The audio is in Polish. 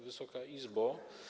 Wysoka Izbo!